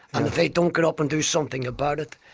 and if they don't get up and do something about it,